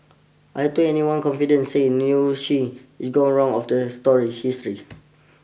I don't anyone confident say she of the story history